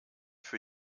für